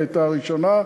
היא הייתה הראשונה,